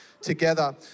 together